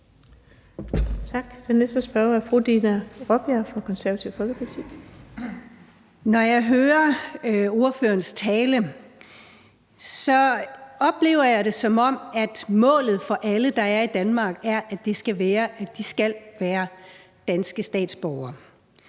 Når jeg hører ordførerens tale, oplever jeg det, som om målet for alle, der er i Danmark, er, at de skal være danske statsborgere.